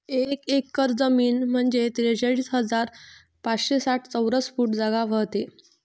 एक एकर जमीन म्हंजे त्रेचाळीस हजार पाचशे साठ चौरस फूट जागा व्हते